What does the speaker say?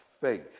Faith